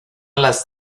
las